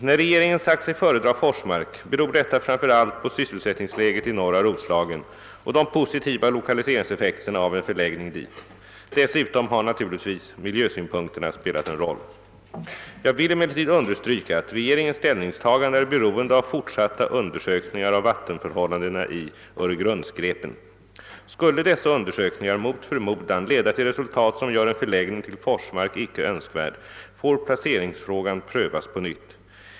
När regeringen sagt sig föredra Forsmark beror detta framför allt på sysselsättningsläget i norra Roslagen och de positiva lokaliseringseffekterna av en förläggning dit. Dessutom har naturligtvis miljösynpunkterna spelat en roll. Jag vill emellertid understryka att regeringens ställningstagande är bero ende av fortsatta undersökningar av vattenförhållandena i Öregrundsgrepen. Skulle dessa undersökningar mot förmodan leda till resultat som gör en förläggning till Forsmark icke önskvärd, får placeringsfrågan prövas på nytt.